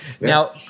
now